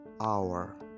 hour